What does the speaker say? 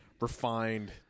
refined